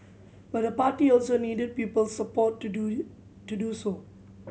but the party also needed people's support to do to do so